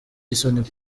isoni